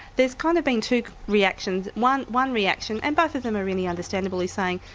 there's kind of been two reactions. one one reaction and both of them are really understandable is saying,